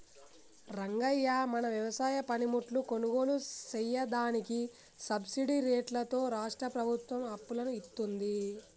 రంగయ్య మన వ్యవసాయ పనిముట్లు కొనుగోలు సెయ్యదానికి సబ్బిడి రేట్లతో రాష్ట్రా ప్రభుత్వం అప్పులను ఇత్తుంది